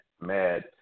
mad